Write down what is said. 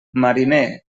mariner